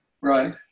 right